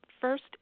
first